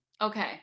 okay